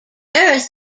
earth